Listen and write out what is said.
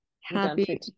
Happy